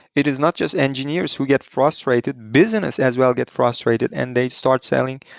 it is not just engineers who get frustrated. business as well gets frustrated and they start so telling,